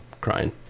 crying